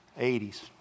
80s